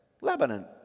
Lebanon